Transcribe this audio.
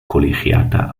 colegiata